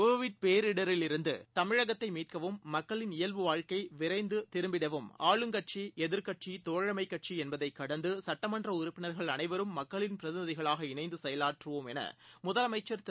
Covid பேரிடரிலிருந்துதமிழகத்தைமீட்கவும் மக்களின் இயல்புவாழ்க்கைவிரைந்துதிரும்பிடவும் ஆளுங்கட்சி எதிர்க்கட்சி தோழனமக்கட்சிஎன்பதைகடந்து சட்டமன்றஉறுப்பினர்கள் அனைவரும் மக்களின் இணைந்துசெயலாற்றுவோம் எனமுதலமைச்ச் திரு